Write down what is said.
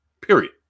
period